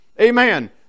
Amen